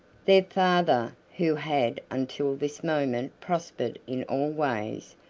their father, who had until this moment prospered in all ways,